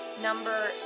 Number